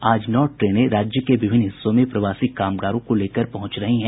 आज नौ ट्रेनें राज्य के विभिन्न हिस्सों में प्रवासी कामगारों को लेकर पहुंच रही हैं